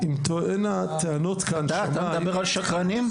אתה אתה מדבר על שקרנים?